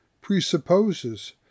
presupposes